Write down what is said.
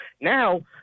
Now